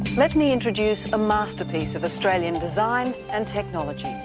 let me introduce a masterpiece of australian design and technology.